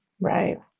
Right